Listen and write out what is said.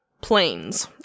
planes